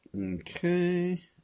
Okay